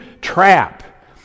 trap